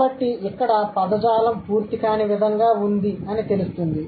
కాబట్టి ఇక్కడ పదజాలం పూర్తి కాని విధంగా వుంది అని తెలుస్తుంది